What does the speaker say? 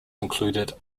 included